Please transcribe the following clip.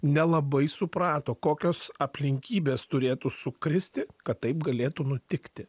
nelabai suprato kokios aplinkybės turėtų sukristi kad taip galėtų nutikti